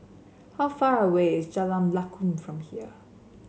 how far away is Jalan Lakum from here